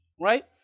right